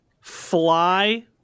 Fly